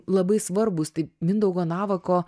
labai svarbūs tai mindaugo navako